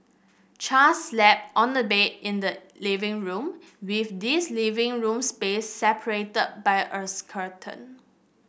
char slept on a bed in the living room with his living room space separated by a curtain